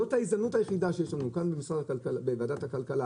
זאת ההזדמנות היחידה שיש לנו כאן בוועדת הכלכלה,